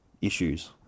issues